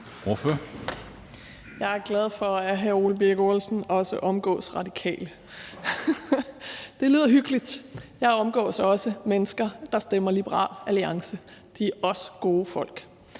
Jeg er glad for, at hr. Ole Birk Olesen også omgås radikale; det lyder hyggeligt. Jeg omgås også mennesker, der stemmer på Liberal Alliance – de er også gode folk.